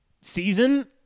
season